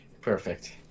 Perfect